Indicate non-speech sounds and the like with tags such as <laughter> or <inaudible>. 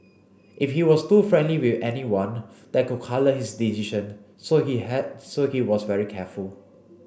if he was too friendly with anyone that could colour his decision so he <unintelligible> so he was very careful